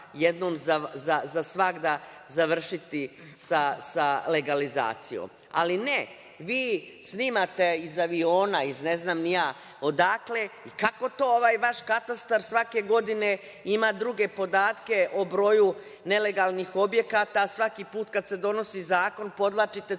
jednom za svagda završiti sa legalizacijom. Ali ne, vi snimate iz aviona, iz ne znam ni ja odakle, i kako to ovaj vaš katastar svake godine ima druge podatke o broju nelegalnih objekata, svaki put kad se donosi zakon podvlačite crtu